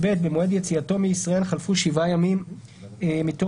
במועד יציאתו מישראל חלפו שבעה ימים מתום